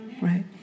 right